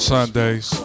Sundays